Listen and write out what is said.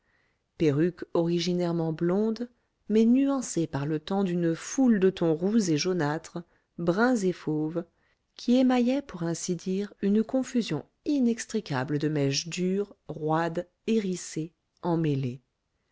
perruque originairement blonde mais nuancée par le temps d'une foule de tons roux et jaunâtres bruns et fauves qui émaillaient pour ainsi dire une confusion inextricable de mèches dures roides hérissées emmêlées